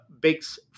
Bakes